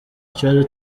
kibazo